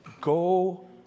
Go